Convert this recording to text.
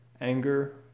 anger